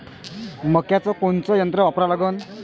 मक्याचं कोनचं यंत्र वापरा लागन?